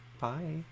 bye